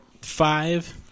five